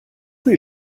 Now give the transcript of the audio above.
the